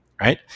right